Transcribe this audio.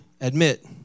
admit